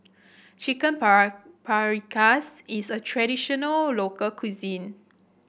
Chicken Paprikas is a traditional local cuisine